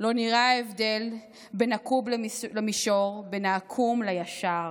לא נראה ההבדל בין עקוב למישור / בין העקום לישר.